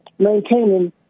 Maintaining